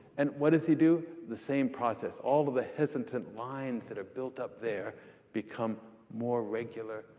and what does he do? the same process. all of the hesitant lines that are built up there become more regular,